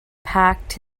packed